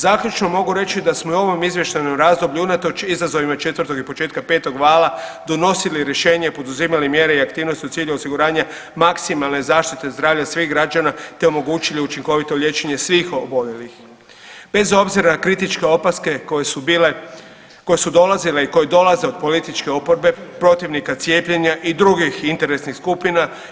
Zaključno mogu reći da smo u ovom izvještajnom razdoblju unatoč izazovima četvrtog i početka petog vala donosili rješenja i poduzimali mjere i aktivnosti u cilju osiguranja maksimalne zaštite zdravlja svih građana, te omogućili učinkovito liječenje svih oboljelih bez obzira na kritičke opaske koje su bile, koje su dolazile i koje dolaze od političke oporbe, protivnika cijepljenja i drugih interesnih skupina.